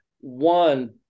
one